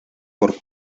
por